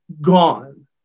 gone